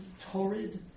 torrid